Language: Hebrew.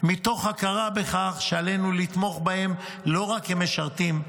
מתוך הכרה בכך שעלינו לתמוך בהם לא רק כמשרתים,